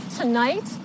tonight